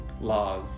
laws